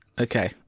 Okay